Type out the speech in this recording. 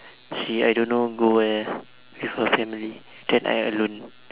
she I don't know go where with her family then I alone